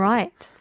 Right